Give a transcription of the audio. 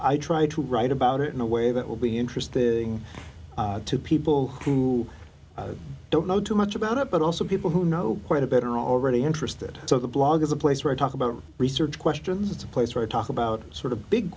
i try to write about it in a way that will be interesting to people who don't know too much about it but also people who know quite a bit are already interested so the blog is a place where i talk about research questions it's a place where i talk about sort of big